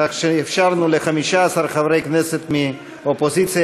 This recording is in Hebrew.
כך שאפשרנו ל-15 חברי כנסת מן האופוזיציה